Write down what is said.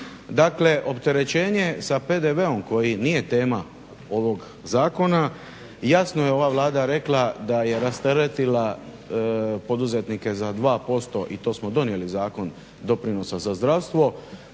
Dakle, opterećenje sa PDV-om koji nije tema ovog zakona, jasno je ova Vlada rekla da je rasteretila poduzetnike za 2% i to smo donijeli Zakon doprinosa za zdravstvo,